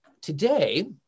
today